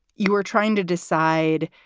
you were trying to decide,